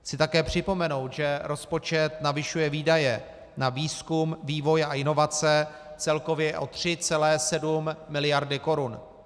Chci také připomenout, že rozpočet navyšuje výdaje na výzkum, vývoj a inovace celkově o 3,7 miliardy korun.